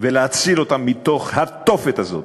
ולהציל אותם מתוך התופת הזה.